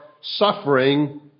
suffering